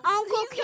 Uncle